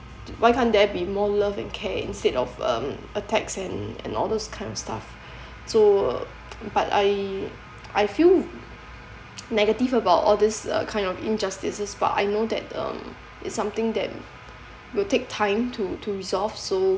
why can't there be more love and care instead of um attacks and and all those kind of stuff so but I I feel negative about all these uh kind of injustice but I know that um it's something that will take time to to resolve so